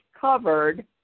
covered